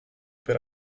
per